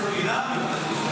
הסולידריות,